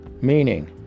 meaning